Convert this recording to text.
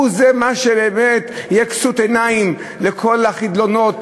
הוא מה שיהיה כסות עיניים לכל החדלונות,